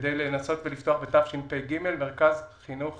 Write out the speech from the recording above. כדי לנסות ולפתוח בתשפ"ג, מרכז חינוך